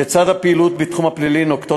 לצד הפעילות בתחום הפלילי נוקטות